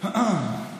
מאה אחוז.